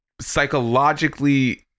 Psychologically